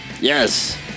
Yes